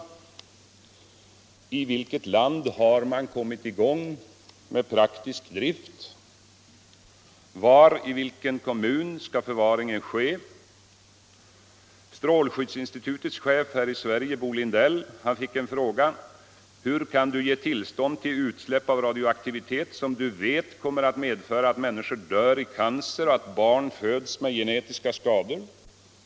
I vilket land har man kommit i gång med praktisk drift? Var, i vilken kommun skall förvaringen ske? Till det svenska strålskyddsinstitutets chef Bo Lindell har riktats följande fråga: Hur kan du ge tillstånd till utsläpp av radioaktivitet som du vet kommer att medföra att människor dör i cancer och att barn föds med genetiska skador?